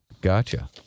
Gotcha